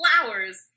flowers